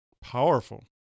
powerful